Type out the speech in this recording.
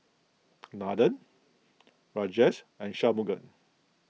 Nathan Rajesh and Shunmugam